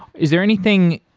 is there anything,